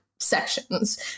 sections